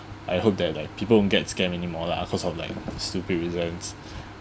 I hope that like people won't get scam anymore lah cause of like stupid reasons